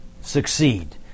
succeed